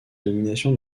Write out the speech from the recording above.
domination